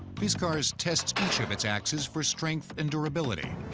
fiskars tests each of its axes for strength and durability.